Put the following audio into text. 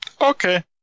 okay